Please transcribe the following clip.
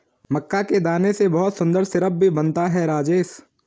मक्का के दाने से बहुत सुंदर सिरप भी बनता है राजेश